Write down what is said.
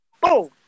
boom